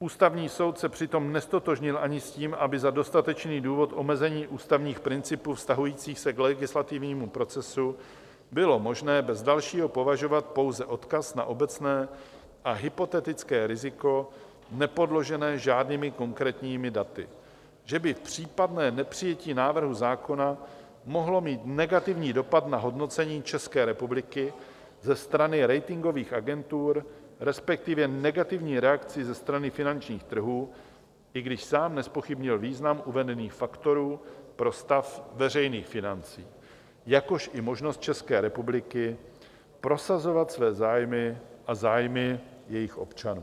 Ústavní soud se přitom neztotožnil ani s tím, aby za dostatečný důvod omezení ústavních principů vztahujících se k legislativnímu procesu bylo možné bez dalšího považovat pouze odkaz na obecné a hypotetické riziko nepodložené žádnými konkrétními daty, že by případné nepřijetí návrhu zákona mohlo mít negativní dopad na hodnocení České republiky ze strany ratingových agentur, respektive negativní reakci ze strany finančních trhů, i když sám nezpochybnil význam uvedených faktorů pro stav veřejných financí jakož i možnost České republiky prosazovat své zájmy a zájmy jejích občanů.